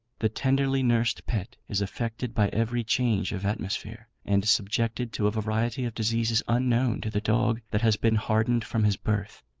the tenderly-nursed pet is affected by every change of atmosphere, and subjected to a variety of diseases unknown to the dog that has been hardened from his birth.